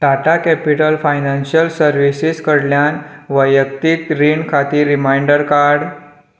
Tata capital financial services कडल्यान वैयक्तीक रीण खातीर रिमायंडर काड